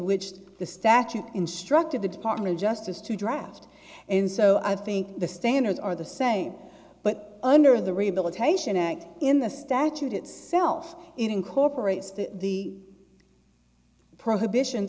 which the statute instructed the department of justice to draft and so i think the standards are the same but under the rehabilitation act in the statute itself incorporates the prohibition